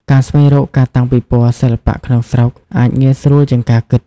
ការស្វែងរកការតាំងពិពណ៌សិល្បៈក្នុងស្រុកអាចងាយស្រួលជាងការគិត។